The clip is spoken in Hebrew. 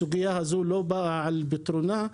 הסוגיה הזאת לא באה על פתרונה.